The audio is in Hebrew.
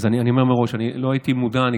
אני אומר מראש, אני לא הייתי מודע קודם.